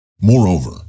Moreover